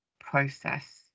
process